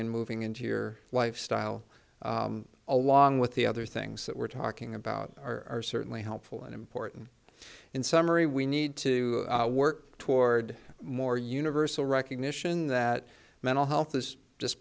and moving into your lifestyle along with the other things that we're talking about are certainly helpful and important in summary we need to work toward a more universal recognition that mental health is just